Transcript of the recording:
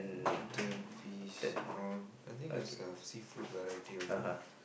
mutton fish prawn I think there's a seafood variety of it lah